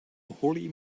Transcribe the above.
holy